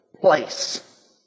place